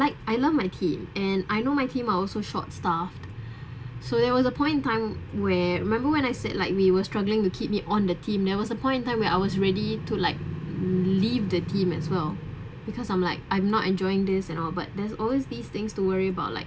like I love my team and I know my team are also short staffed so there was a point in time where remember when I said like we were struggling to keep me on the team there was a point in time where I was ready to like leave the team as well because I'm like I'm not enjoying this at all but there's always these things to worry about like